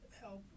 help